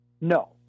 No